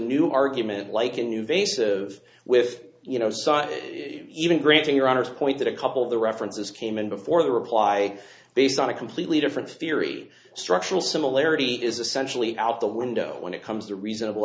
new argument like a new vase of with you no sign even granting your honour's point that a couple of the references came in before the reply based on a completely different theory structural similarity is essentially out the window when it comes to reasonable